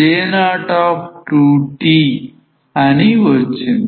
11s24c J02tఅని వచ్చింది